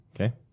Okay